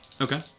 Okay